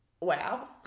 wow